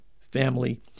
family